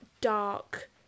dark